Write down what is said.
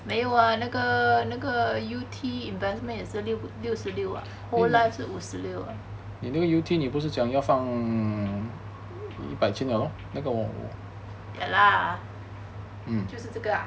没有 ah 那个那个 yew tee investment 也是六十六 whole life 是五十六 ya lah 就是这个 ah